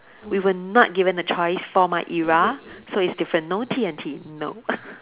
we were not given a choice for my era so it's different no D&T no